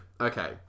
Okay